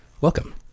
welcome